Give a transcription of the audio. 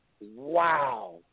wow